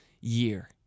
year